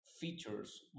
features